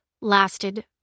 lasted